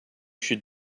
should